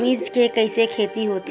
मिर्च के कइसे खेती होथे?